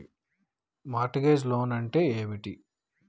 Mart gauge loan అంటే ఏమిటి?